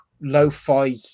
lo-fi